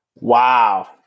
Wow